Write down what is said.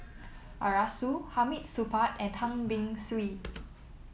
Arasu Hamid Supaat and Tan Beng Swee